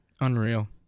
Unreal